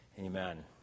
Amen